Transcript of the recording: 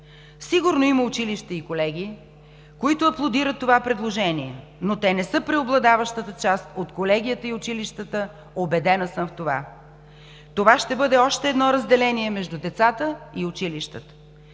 Сигурно има училища и колеги, които аплодират това предложение, но те не са преобладаващата част от колегията и училищата – убедена съм в това. Това ще бъде още едно разделение между децата и училищата.